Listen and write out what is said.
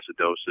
acidosis